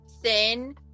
thin